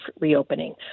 reopening